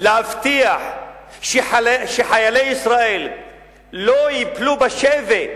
להבטיח שחיילי ישראל לא ייפלו בשבי